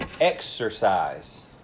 exercise